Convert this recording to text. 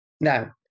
Now